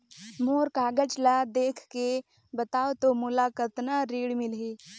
मोर कागज ला देखके बताव तो मोला कतना ऋण मिलही?